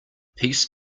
peace